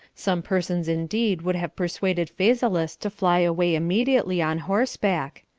some persons indeed would have persuaded phasaelus to fly away immediately on horseback,